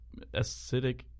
acidic